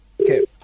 Okay